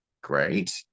great